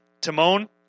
Timon